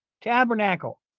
Tabernacle